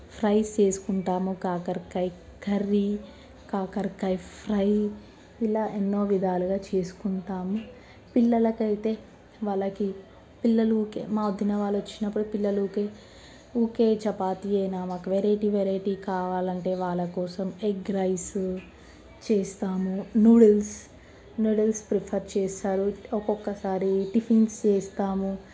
fries చేసుకుంటాము కాకరకాయ curry కాకరకాయ ఫ్రై ఇలా ఎన్నో విధాలుగా చేసుకుంటాము పిల్లలకైతే వాళ్లకి పిల్లలు ఊరికే మా వదిన వాళ్ళు వచ్చినప్పుడు పిల్లలకి ఊరికే చపాతి అయినా వాళ్లకి వెరైటీ వెరైటీ కావాలంటే వాళ్ళ కోసం ఎగ్ రైస్ చేస్తాము నూడిల్స్ నూడుల్స్ ప్రిపేర్ చేస్తారు ఒక్కొక్కసారి టిఫిన్స్ చేస్తాము